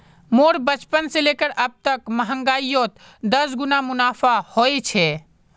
मोर बचपन से लेकर अब तक महंगाईयोत दस गुना मुनाफा होए छे